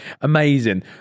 amazing